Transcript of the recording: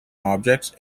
objects